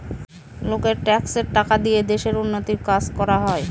লোকের ট্যাক্সের টাকা দিয়ে দেশের উন্নতির কাজ করা হয়